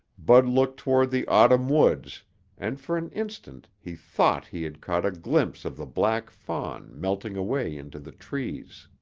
bud looked toward the autumn woods and for an instant he thought he had caught a glimpse of the black fawn melting away into the trees.